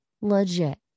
legit